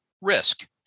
risk